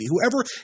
whoever